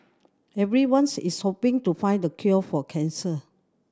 everyone's is hoping to find the cure for cancer